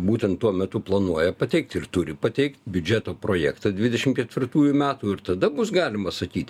būtent tuo metu planuoja pateikt ir turi pateikt biudžeto projektą dvidešim ketvirtųjų metų ir tada bus galima sakyt